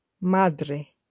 Madre